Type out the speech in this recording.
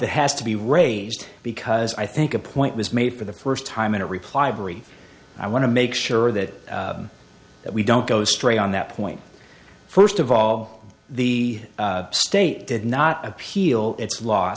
that has to be raised because i think a point was made for the first time in a reply very i want to make sure that that we don't go straight on that point first of all the state did not appeal its l